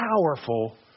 powerful